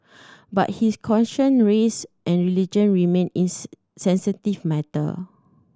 but he is cautioned race and religion remained sensitive matter